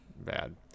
Bad